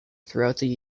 throughout